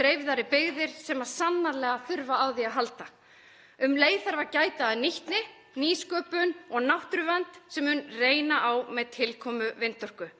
dreifðari byggðir sem sannarlega þurfa á því að halda. Um leið þarf að gæta að nýtni, nýsköpun og náttúruvernd (Forseti hringir.) sem mun reyna á með tilkomu vindorku.